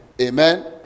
Amen